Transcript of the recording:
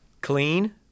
Clean